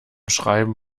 schreiben